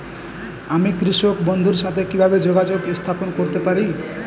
আমি কৃষক বন্ধুর সাথে কিভাবে যোগাযোগ স্থাপন করতে পারি?